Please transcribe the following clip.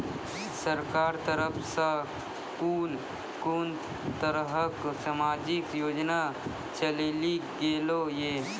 सरकारक तरफ सॅ कून कून तरहक समाजिक योजना चलेली गेलै ये?